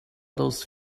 those